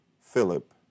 Philip